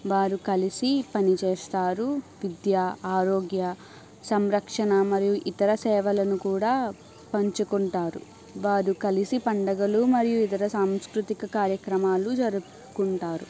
వారు కలిసి పని చేస్తారు విద్య ఆరోగ్య సంరక్షణ మరియు ఇతర సేవలను కూడా పంచుకుంటారు వారు కలిసి పండుగలు మరియు ఇతరుల సాంస్కృతిక కార్యక్రమాలు జరుపుకుంటారు